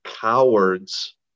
cowards